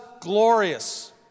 glorious